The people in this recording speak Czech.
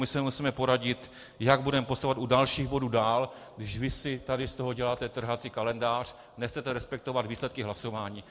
My se musíme poradit, jak budeme postupovat u dalších bodů dál, když vy si tady z toho děláte trhací kalendář, nechcete respektovat výsledky hlasování.